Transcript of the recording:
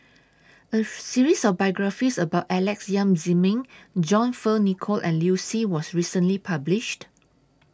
A series of biographies about Alex Yam Ziming John Fearns Nicoll and Liu Si was recently published